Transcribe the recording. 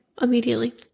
immediately